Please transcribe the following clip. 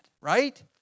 Right